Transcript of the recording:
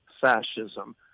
fascism